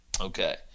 Okay